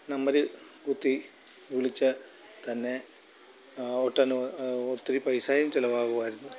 നമ്പറിൽ കുത്തി വിളിച്ചാൽ തന്നെ ഒട്ടും ഒത്തിരി പൈസയും ചിലവാകുമായിരുന്നു